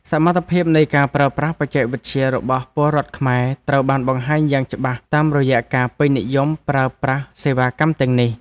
សមត្ថភាពនៃការប្រើប្រាស់បច្ចេកវិទ្យារបស់ពលរដ្ឋខ្មែរត្រូវបានបង្ហាញយ៉ាងច្បាស់តាមរយៈការពេញនិយមប្រើប្រាស់សេវាកម្មទាំងនេះ។